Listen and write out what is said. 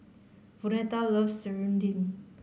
Vonetta loves Serunding